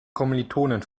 kommilitonin